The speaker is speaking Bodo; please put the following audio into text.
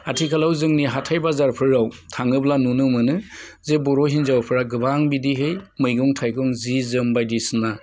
आथिखालाव जोंनि हाथाइ बाजारफोराव थाङोब्ला नुनो मोनो जे बर' हिनजावफ्रा गोबां बिदिहै मैगं थाइगं जि जोम बायदिसिना